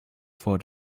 for